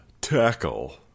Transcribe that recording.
Tackle